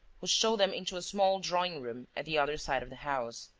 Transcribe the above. who showed them into a small drawing-room at the other side of the house.